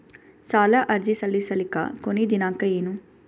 ಸಾಲ ಅರ್ಜಿ ಸಲ್ಲಿಸಲಿಕ ಕೊನಿ ದಿನಾಂಕ ಏನು?